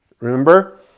remember